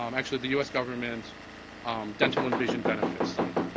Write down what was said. um actually the us government dental and vision benefits site.